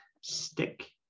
stick